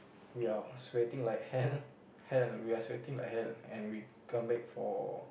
we are sweating like hell hell we are sweating like hell and we come back for